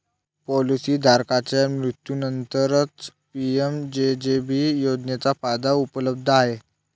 policy धारकाच्या मृत्यूनंतरच PMJJB योजनेचा फायदा उपलब्ध आहे